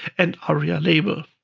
and aria label,